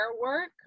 work